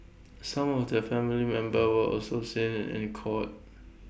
some of their family members were also seen in court